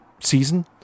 season